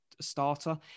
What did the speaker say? starter